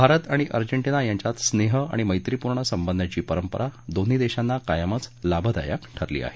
भारत आणि अर्जेटिंना यांच्यात स्नेह आणि मैत्रीपूर्ण संबंधाची परंपरा दोन्ही देशांना कायमच लाभदायक ठरली आहे